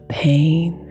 pain